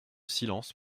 silence